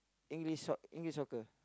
English soc~ English soccer